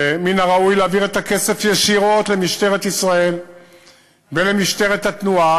שמן הראוי להעביר את הכסף ישירות למשטרת ישראל ולמשטרת התנועה,